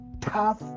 tough